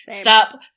stop